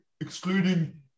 excluding